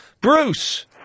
Bruce